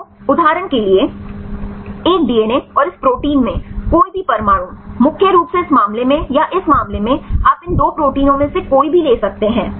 तो उदाहरण के लिए एक डीएनए और इस प्रोटीन में कोई भी परमाणु मुख्य रूप से इस मामले में या इस मामले में आप इन 2 प्रोटीनों में से कोई भी ले सकते हैं